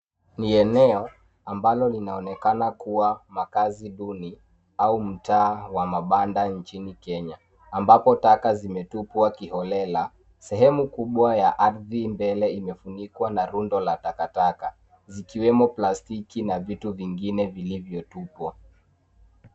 Ni eneo ambalo linaonekana kuwa makazi duni au mtaa wa mabanda nchini Kenya, ambapo taka zimetupwa kiholela. Sehemu kubwa ya ardhi mbele imefunikwa na rundo la takataka, zikiwemo plastiki na vitu vingine vilivyotupwa.